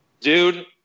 Dude